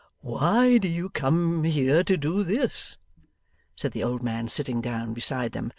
why do you come here to do this said the old man, sitting down beside them,